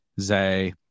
Zay